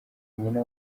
nyina